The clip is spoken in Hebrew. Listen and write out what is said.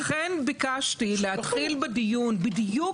ולכן ביקשתי להתחיל בדיון בדיוק